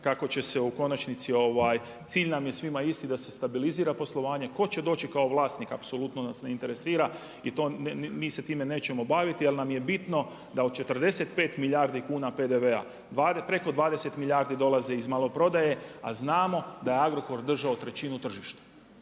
kako će se u konačnici, ovaj, cilj nam je svima isti da se stabilizira poslovanje. Tko će doći kao vlasnik, apsolutno nas ne interesira. I mi se time nećemo baviti, ali nam je bitno da od 45 milijardi kuna PDV-a, preko 20 milijardi dolaze iz maloprodaje, a znamo da je Agrokor držao trećinu tržišta.